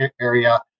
area